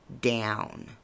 down